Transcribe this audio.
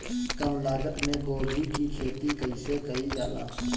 कम लागत मे गोभी की खेती कइसे कइल जाला?